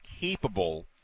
capable